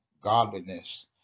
godliness